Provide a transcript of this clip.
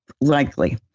likely